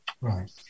Right